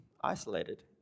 isolated